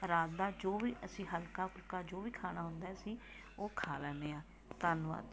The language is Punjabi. ਰਾਤ ਦਾ ਜੋ ਵੀ ਅਸੀਂ ਹਲਕਾ ਫੁਲਕਾ ਜੋ ਵੀ ਖਾਣਾ ਹੁੰਦਾ ਅਸੀਂ ਉਹ ਖਾ ਲੈਂਦੇ ਹਾਂ ਧੰਨਵਾਦ ਜੀ